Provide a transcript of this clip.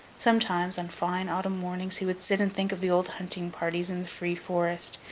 sometimes, on fine autumn mornings, he would sit and think of the old hunting parties in the free forest,